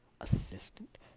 assistant